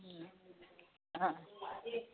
ꯎꯝ